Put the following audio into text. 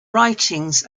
writings